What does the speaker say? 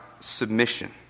submission